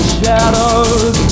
shadows